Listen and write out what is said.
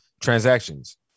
transactions